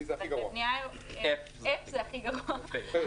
F זה הכי גבוה.